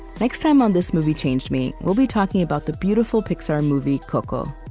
next time on this movie changed me, we'll be talking about the beautiful pixar movie, coco.